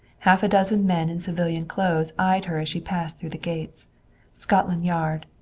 half a dozen men in civilian clothes eyed her as she passed through the gates scotland yard,